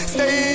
Stay